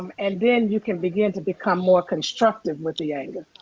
and then you can begin to become more constructive with the anger.